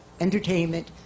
entertainment